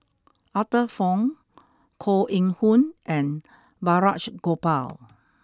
Arthur Fong Koh Eng Hoon and Balraj Gopal